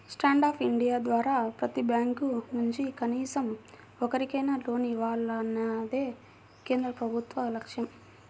stand up India ద్వారా ప్రతి bank నుంచి కనీసం ఒక్కరికైనా లోన్ ఇవ్వాలన్నదే కేంద్ర ప్రభుత్వ లక్ష్యం